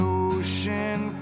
ocean